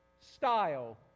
style